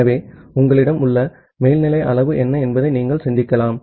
ஆகவே உங்களிடம் உள்ள மேல்நிலை அளவு என்ன என்பதை நீங்கள் சிந்திக்கலாம்